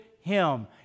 him